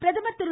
பிரதமர் திரு